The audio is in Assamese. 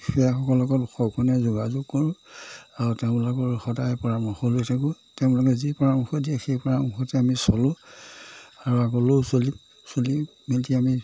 বিষয়াসকলক সঘনে যোগাযোগ কৰোঁ আৰু তেওঁলোকৰ সদায় পৰামৰ্শ লৈ থাকোঁ তেওঁলোকে যি পৰামৰ্শ দিয়ে সেই পৰামৰ্শতে আমি চলোঁ আৰু আগলৈও চলিম চলি মেলি আমি